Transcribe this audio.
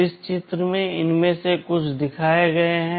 इस चित्र में इनमें से कुछ दिखाए गए हैं